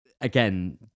again